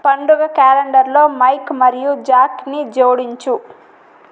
పండుగ క్యాలెండర్లో మైక్ మరియు జాక్ని జోడించు